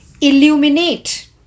illuminate